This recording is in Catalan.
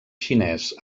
xinès